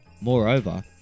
Moreover